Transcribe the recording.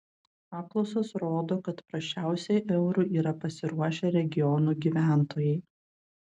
apklausos rodo kad prasčiausiai eurui yra pasiruošę regionų gyventojai